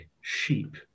sheep